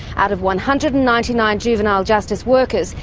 out of one hundred and ninety nine juvenile justice workers,